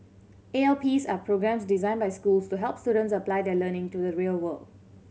A L Ps are programmes designed by schools to help students apply their learning to the real world